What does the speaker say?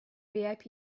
vip